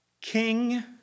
king